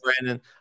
Brandon